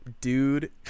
dude